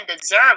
deserve